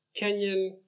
Kenyan